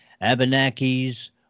Abenakis